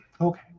Okay